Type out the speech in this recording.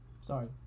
Sorry